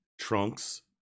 Trunks